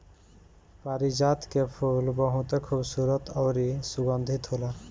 पारिजात के फूल बहुते खुबसूरत अउरी सुगंधित होला